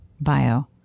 bio